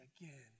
again